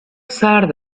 سرد